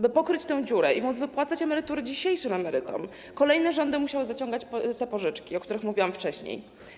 By pokryć tę dziurę i móc wypłacać emerytury dzisiejszym emerytom, kolejne rządy musiały zaciągać te pożyczki, o których mówiłam wcześniej.